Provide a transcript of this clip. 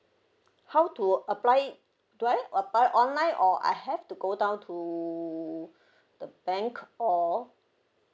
how to apply it do I apply online or I have to go down to the bank or